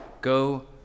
Go